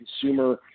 consumer